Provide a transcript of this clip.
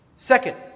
Second